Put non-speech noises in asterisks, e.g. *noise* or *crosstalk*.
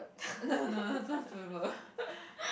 no no no not *laughs*